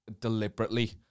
deliberately